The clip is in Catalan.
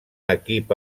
equip